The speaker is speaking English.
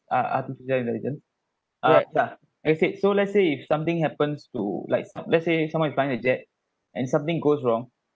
ah artificial intelligence uh yeah I said so let's say if something happens to likes let's say someone's is flying a jet and something goes wrong